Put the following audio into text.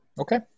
Okay